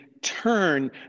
turn